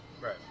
Right